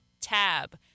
tab